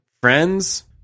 friends